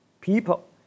People